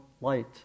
light